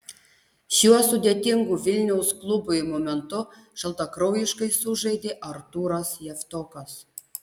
šiuo sudėtingu vilniaus klubui momentu šaltakraujiškai sužaidė artūras javtokas